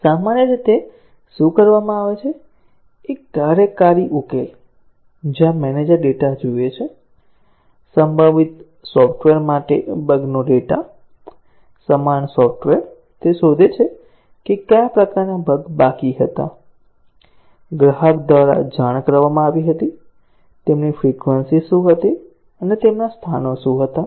સામાન્ય રીતે શું કરવામાં આવે છે એક કાર્યકારી ઉકેલ જ્યાં મેનેજર ડેટા જુએ છે સંબંધિત સોફ્ટવેર માટે બગ નો ડેટા સમાન સોફ્ટવેર તે શોધે છે કે કયા પ્રકારના બગ બાકી હતા ગ્રાહક દ્વારા જાણ કરવામાં આવી હતી તેમની ફ્રિકવન્સી શું હતી અને તેમના સ્થાનો શું હતા